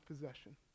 possession